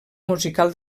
musical